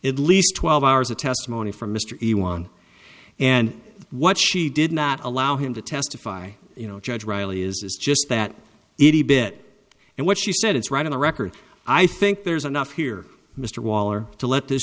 at least twelve hours of testimony from mr he won and what she did not allow him to testify you know judge riley is just that easy bit and what she said it's right on the record i think there's enough here mr waller to let th